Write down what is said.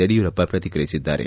ಯಡಿಯೂರಪ್ಪ ಪ್ರತಿಕ್ರಿಯಿಸಿದ್ದಾರೆ